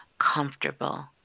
comfortable